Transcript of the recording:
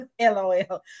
LOL